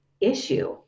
issue